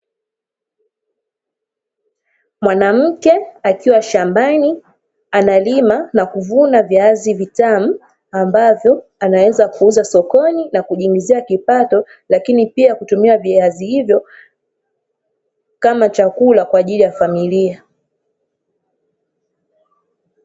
Mwanamke akiwa shambani analima na kuvuna viazi vitamu, ambavyo anaweza kuuza sokoni na kujiingizia kipato lakini pia kutumia viazi hivyo kama chakula kwa ajili ya familia.